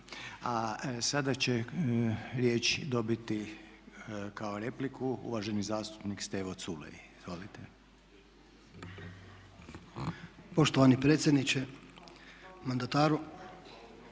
A sada će riječ dobiti kao repliku uvaženi zastupnik Stevo Culej. Izvolite. **Culej, Stevo (HDZ)** Poštovani predsjedniče, mandataru.